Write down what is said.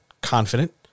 confident